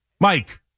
Mike